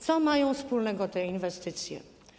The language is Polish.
Co mają wspólnego te inwestycje?